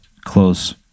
close